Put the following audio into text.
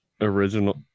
original